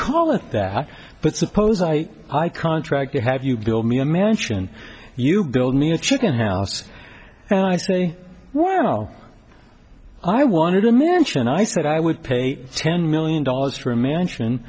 call it that but suppose i i contract you have you build me a mansion you build me a chicken house and i say well i wanted a mansion i said i would pay ten million dollars for a mansion